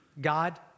God